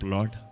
Lord